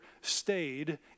stayed